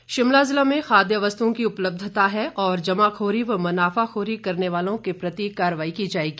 उपायुक्त शिमला जिला में खाद्य वस्तुओं की उपलब्धता है और जमाखोरी व मुनाफाखोरी करने वालों के प्रति कार्रवाई की जाएगी